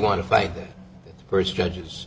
want to fight that first judge's